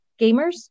gamers